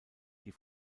die